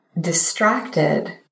distracted